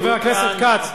חבר הכנסת כץ,